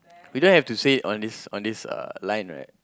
we don't have to say on this on this uh line right